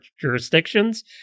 jurisdictions